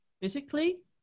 physically